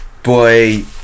Boy